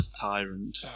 tyrant